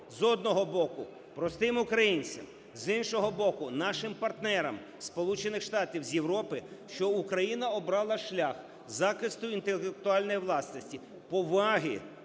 з одного боку, простим українцям, з іншого боку, нашим партнерам зі Сполучених Штатів, з Європи, що Україна обрала шлях захисту інтелектуальної власності, поваги